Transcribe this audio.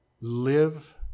live